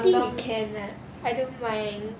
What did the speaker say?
I think we can lah I don't mind